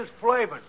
flavors